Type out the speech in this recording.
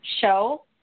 show